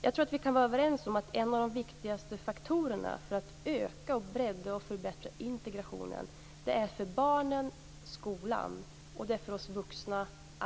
Jag tror att vi kan vara överens om att de viktigaste faktorerna för att öka, bredda och förbättra integrationen är skolan för barnen och arbetsmarknaden för oss vuxna.